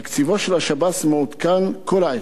תקציבו של השב"ס מעודכן בכל עת,